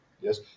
Yes